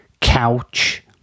Couch